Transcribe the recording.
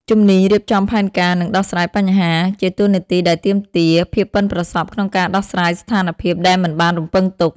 ជំនាញរៀបចំផែនការ និងដោះស្រាយបញ្ហា ជាតួនាទីដែលទាមទារភាពប៉ិនប្រសប់ក្នុងការដោះស្រាយស្ថានភាពដែលមិនបានរំពឹងទុក។